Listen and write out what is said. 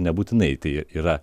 nebūtinai tai yra